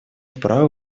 право